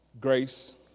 grace